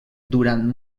durant